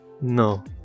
No